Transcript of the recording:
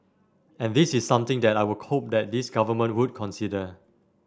and this is something that I would hope that this Government would consider